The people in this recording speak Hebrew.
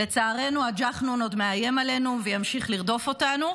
לצערנו הג'חנון עוד מאיים עלינו וימשיך לרדוף אותנו.